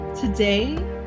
Today